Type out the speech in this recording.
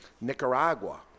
Nicaragua